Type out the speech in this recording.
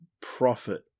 profit